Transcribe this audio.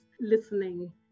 listening